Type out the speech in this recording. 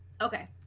Okay